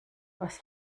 was